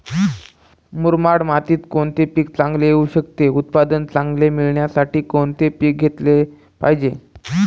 मुरमाड मातीत कोणते पीक चांगले येऊ शकते? उत्पादन चांगले मिळण्यासाठी कोणते पीक घेतले पाहिजे?